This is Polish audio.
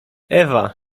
ewa